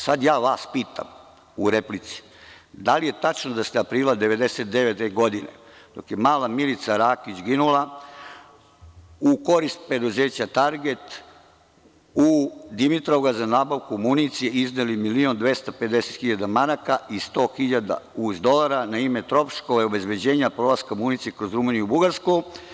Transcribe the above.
Sada ja vas pitam, u replici, da li je tačno da ste aprila 1999. godine dok je mala Milica Rakić ginula, u korist preduzeća „Target“ u Dimitrovgrad za nabavku municije izneli milion i 250 hiljada maraka i plus 100 hiljada dolara na ime troškove obezbeđenja prolaska municije kroz Rumuniju i Bugarsku?